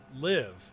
live